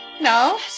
No